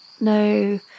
no